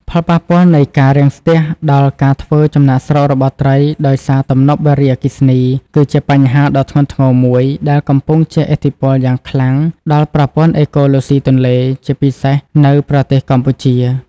ផលប៉ពាល់នៃការរាំងស្ទះដល់ការធ្វើចំណាកស្រុករបស់ត្រីដោយសារទំនប់វារីអគ្គិសនី គឺជាបញ្ហាដ៏ធ្ងន់ធ្ងរមួយដែលកំពុងជះឥទ្ធិពលយ៉ាងខ្លាំងដល់ប្រព័ន្ធអេកូឡូស៊ីទន្លេ ជាពិសេសនៅប្រទេសកម្ពុជា។